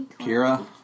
Kira